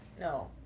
no